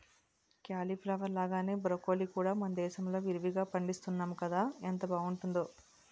cauliflower లాగానే broccoli కూడా మనదేశంలో విరివిరిగా పండిస్తున్నాము కదా ఎంత బావుంటుందో